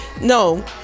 no